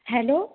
hello